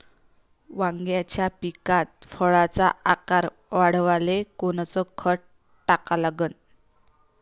वांग्याच्या पिकात फळाचा आकार वाढवाले कोनचं खत टाका लागन?